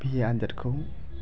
बि ए आनजादखौ